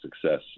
success